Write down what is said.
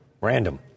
Random